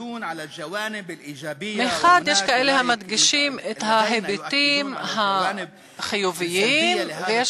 יש כאלה המדגישים את ההיבטים החיוביים ויש